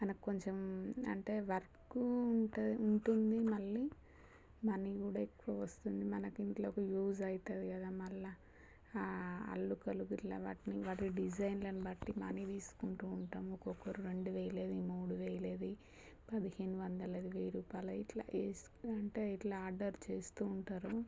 మనకు కొంచెం అంటే వర్కు ఉంట ఉంటుంది మళ్ళీ మనీ కూడా ఎక్కువ వస్తుంది మనకి ఇంట్లోకి యూజ్ అవుతుంది కదా మళ్ళీ అల్లికలు వాటిని వాటి డిజైన్ల బట్టి మనీ తీసుకుంటూ ఉంటాము ఒక్కొక్కరు రెండు వేలది మూడు వేలది పదిహేను వందలది వెయ్యి రూపాయలు ఇలా అంటే ఇలా ఆర్డర్ చేస్తూ ఉంటారు